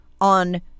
on